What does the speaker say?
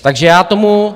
Takže já tomu...